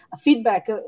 feedback